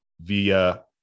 via